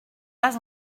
pas